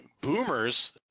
boomers